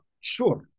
sure